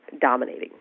dominating